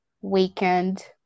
weekend